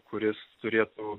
kuris turėtų